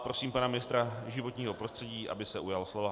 Prosím pana ministra životního prostředí, aby se ujal slova.